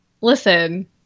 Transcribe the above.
listen